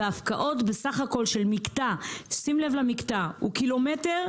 והפקעות בסך הכול של מקטע שים לב למקטע הוא 1.1 קילומטר,